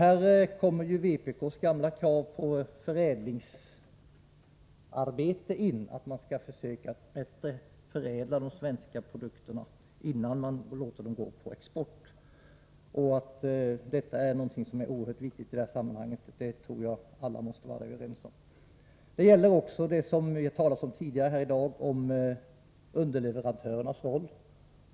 Här kommer vpk:s gamla krav på förädlingsarbete in i bilden, dvs. vårt krav på att de svenska produkterna skall förädlas bättre innan vi låter dem gå på export. Att detta är oerhört viktigt i sammanhanget tror jag alla är överens om. Motsvarande förhållande gäller i fråga om underleverantörernas roll.